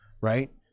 right